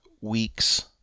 weeks